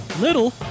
little